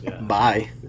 Bye